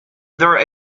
there